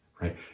right